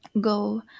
go